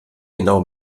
genau